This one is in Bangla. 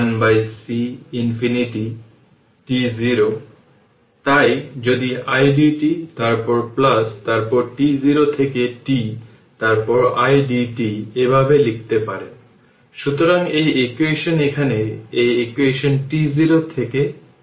তাহলে এর পরেরটি হল সোর্স ফ্রি RL সার্কিট আমরা এখন পর্যন্ত দেখেছি সোর্স ফ্রি RC সার্কিট এখন এটিকে সোর্স ফ্রি RL সার্কিট হিসেবে দেখব